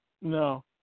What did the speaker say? no